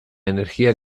energía